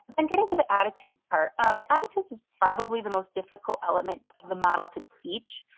and getting to the attitude or um the attitude is probably the most difficult element of the model to teach